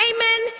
Amen